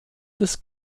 des